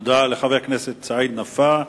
תודה לחבר כנסת סעיד נפאע.